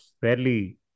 fairly